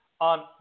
on